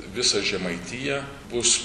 visa žemaitija bus